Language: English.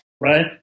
Right